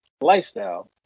lifestyle